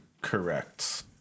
correct